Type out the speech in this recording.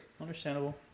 Understandable